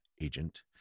agent